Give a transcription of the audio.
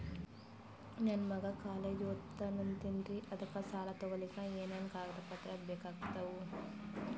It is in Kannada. ನನ್ನ ಮಗ ಕಾಲೇಜ್ ಓದತಿನಿಂತಾನ್ರಿ ಅದಕ ಸಾಲಾ ತೊಗೊಲಿಕ ಎನೆನ ಕಾಗದ ಪತ್ರ ಬೇಕಾಗ್ತಾವು?